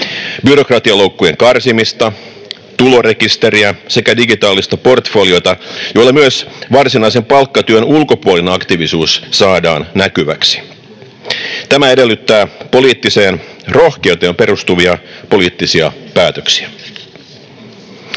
byrokratialoukkujen karsimista, tulorekisteriä sekä digitaalista portfoliota, jolla myös varsinaisen palkkatyön ulkopuolinen aktiivisuus saadaan näkyväksi. Tämä edellyttää poliittiseen rohkeuteen perustuvia poliittisia päätöksiä.